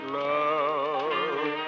love